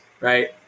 right